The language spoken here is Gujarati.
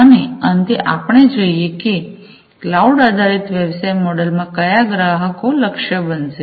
અને અંતે આપણે જોઈએ કે ક્લાઉડ આધારિત વ્યવસાય મોડલ માં કયા ગ્રાહકો લક્ષ્ય બનશે